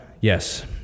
yes